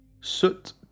Soot